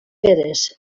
peres